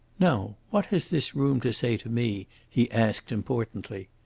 now, what has this room to say to me? he asked importantly.